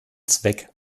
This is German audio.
zweck